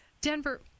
Denver